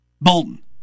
Bolton